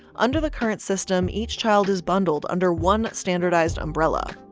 under the current system, each child is bundled under one standardized umbrella.